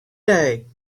day